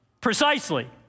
precisely